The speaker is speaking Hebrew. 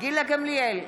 גילה גמליאל,